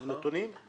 נתונים?